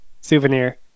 souvenir